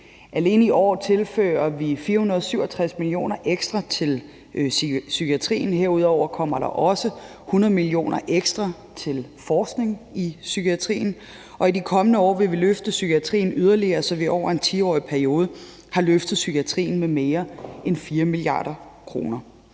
Alene i år tilfører vi 467 mio. kr. ekstra til psykiatrien. Herudover kommer der også 100 mio. kr. ekstra til forskning i psykiatrien, og i de kommende år vil vi løfte psykiatrien yderligere, så vi over en 10-årig periode har løftet psykiatrien med mere end 4 mia. kr.